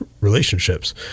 relationships